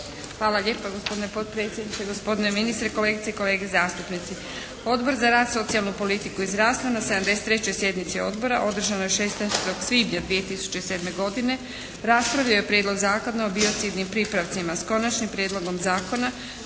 Hvala lijepa. Gospodine potpredsjedniče, gospodine ministre, kolegice i kolege zastupnici. Odbor za rad, socijalnu politiku i zdravstvo na 73. sjednici odbora održanoj 16. svibnja 2007. godine raspravio je Prijedlog zakona o biocidnim pripravcima s konačnim prijedlogom zakona